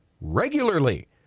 regularly